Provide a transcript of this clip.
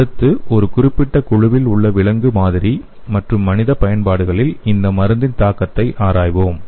அடுத்து ஒரு குறிப்பிட்ட குழுவில் உள்ள விலங்கு மாதிரி மற்றும் மனித பயன்பாடுகளில் இந்த மருந்தின் தாக்கத்தை ஆராய்வோம்